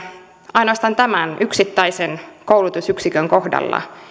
ainoastaan tämän yksittäisen koulutusyksikön kohdalla